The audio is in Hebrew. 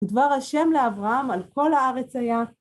ודבר השם לאברהם על כל הארץ היה.